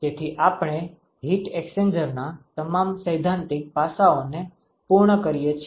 તેથી આપણે હીટ એક્સ્ચેન્જરના તમામ સૈદ્ધાંતિક પાસાઓને પૂર્ણ કરીએ છીએ